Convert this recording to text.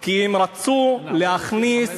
כי הם רצו להכניס